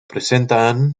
presentan